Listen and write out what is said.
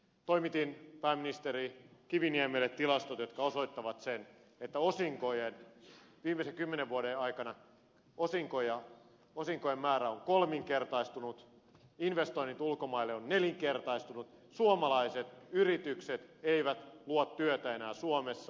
toimitin pääministeri kiviniemelle tilastot jotka osoittavat sen että viimeisen kymmenen vuoden aikana osinkojen määrä on kolminkertaistunut investoinnit ulkomaille ovat nelinkertaistuneet suomalaiset yritykset eivät luo työtä enää suomessa